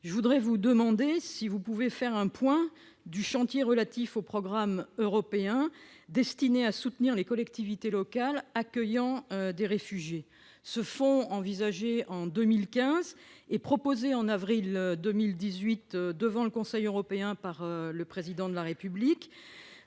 le budget. Pourriez-vous faire le point sur le chantier relatif au programme européen destiné à soutenir les collectivités locales accueillant des réfugiés, un fonds envisagé en 2015 et proposé en avril 2018 devant le Conseil européen par le Président de la République